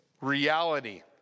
reality